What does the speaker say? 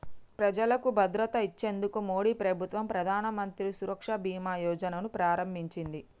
ప్రజలకు భద్రత ఇచ్చేందుకు మోడీ ప్రభుత్వం ప్రధానమంత్రి సురక్ష బీమా యోజన ను ప్రారంభించింది